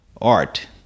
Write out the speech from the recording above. Art